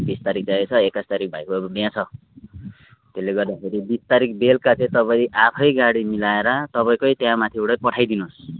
बिस तारिक चाहिएको छ एक्काइस तारिक भाइको अब बिहा छ त्यसले गर्दाखेरि बिस तारिक बेलुका चाहिँ तपाईँ आफै गाडी मिलाएर तपाईँकै त्यहाँमाथिबाटै पठाइदिनोस्